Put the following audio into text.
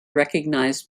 recognized